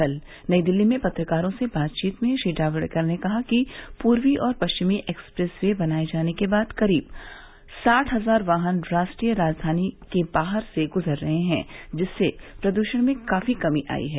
कल नई दिल्ली में पत्रकारों से बातचीत में श्री जावड़ेकर ने कहा कि पूर्वी और पश्चिमी एक्सप्रेस वे बनाए जाने के बाद करीब साठ हजार वाहन राष्ट्रीय राजघानी के बाहर से गुजर रहे हैं जिससे प्रदूषण में काफी कमी आई है